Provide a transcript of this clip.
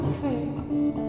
face